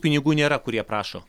pinigų nėra kur jie prašo